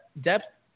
depth